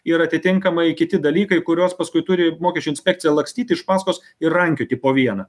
ir atitinkamai kiti dalykai kuriuos paskui turi mokesčių inspekcija lakstyti iš paskos ir rankioti po vieną